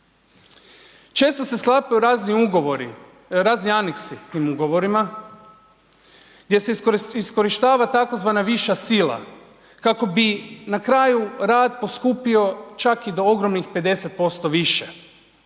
Često se sklapaju razni ugovori, razni aneksi tim ugovorima gdje se iskorištava tzv. viša sila kako bi na kraju rad poskupio čak i do ogromnih 50% više.